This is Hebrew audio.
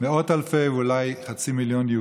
מאות אלפי יהודים, אולי חצי מיליון.